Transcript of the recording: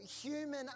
human